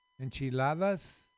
Enchiladas